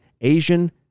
Asian